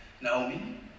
Naomi